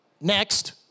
next